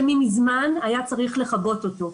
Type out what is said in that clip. שמזמן היה צריך לכבות אותו.